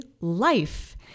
life